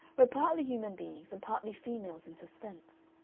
we're partly human beings and partly females in suspense.